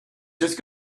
just